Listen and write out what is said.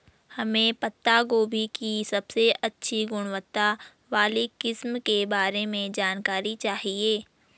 हमें पत्ता गोभी की सबसे अच्छी गुणवत्ता वाली किस्म के बारे में जानकारी चाहिए?